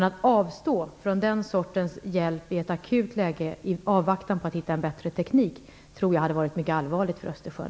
Att avstå från den sortens hjälp i ett akut läge, i avvaktan på att hitta en bättre teknik, tror jag hade varit mycket allvarligt för Östersjön.